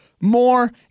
more